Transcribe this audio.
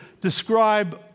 describe